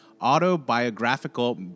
autobiographical